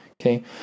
Okay